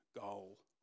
goal